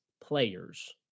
players